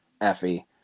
Effie